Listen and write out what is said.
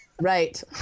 Right